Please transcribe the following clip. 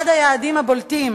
אחד היעדים הבולטים